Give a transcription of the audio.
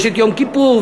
יש יום כיפור,